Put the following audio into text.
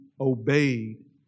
obeyed